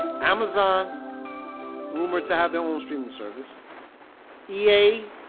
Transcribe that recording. amazon rumored to have their own streaming service ea